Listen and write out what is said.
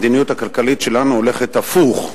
המדיניות הכלכלית שלנו הולכת הפוך.